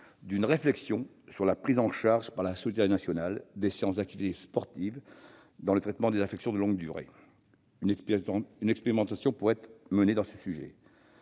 d'une réflexion sur la prise en charge par la solidarité nationale de séances d'activité sportive dans le traitement des affections de longue durée. Une expérimentation pourrait être menée à ce sujet.